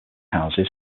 houses